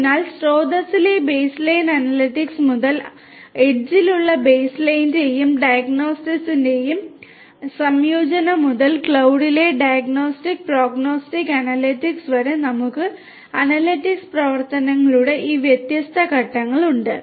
അതിനാൽ സ്രോതസ്സിലെ baseline analytics മുതൽ അരികിലുള്ള ബേസ്ലൈനിന്റെയും ഡയഗ്നോസ്റ്റിക്സിന്റെയും സംയോജനം മുതൽ ക്ലൌഡിലെ ഡയഗ്നോസ്റ്റിക് പ്രൊഗ്നോസ്റ്റിക് അനലിറ്റിക്സ് വരെ നമുക്ക് അനലിറ്റിക്സ് പ്രവർത്തനങ്ങളുടെ ഈ വ്യത്യസ്ത ഘട്ടങ്ങളുണ്ട്